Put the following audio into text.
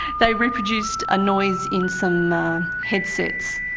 they reproduced a noise in some headsets,